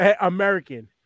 American